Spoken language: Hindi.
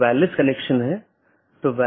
बल्कि कई चीजें हैं